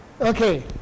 okay